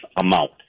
amount